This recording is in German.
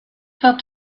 wird